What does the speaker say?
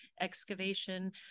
excavation